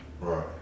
Right